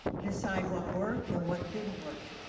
decide what worked and what didn't work,